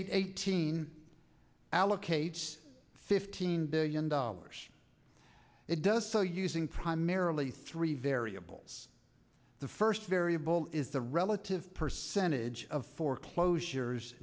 eight eighteen allocates fifteen billion dollars it does so using primarily three variables the first variable is the relative percentage of foreclosures